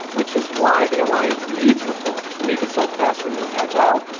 which is why the alliance needs reforms to make itself faster and more agile,